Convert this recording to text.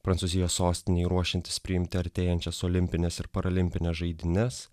prancūzijos sostinei ruošiantis priimti artėjančias olimpines ir paralimpines žaidynes